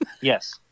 Yes